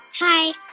hi.